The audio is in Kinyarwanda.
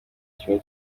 kimwe